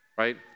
Right